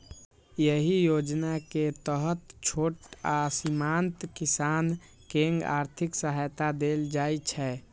एहि योजना के तहत छोट आ सीमांत किसान कें आर्थिक सहायता देल जाइ छै